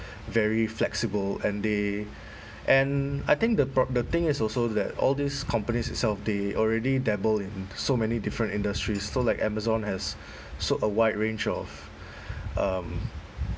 very flexible and they and I think the prob~ the thing is also that all these companies itself they already dabble in so many different industries so like amazon has sought a wide range of um